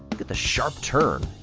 look at the sharp turn